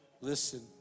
Listen